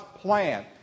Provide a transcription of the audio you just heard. plan